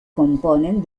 componen